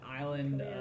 Island